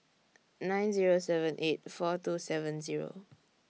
nine Zero seven eight four two seven Zero